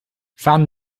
van